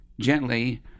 gently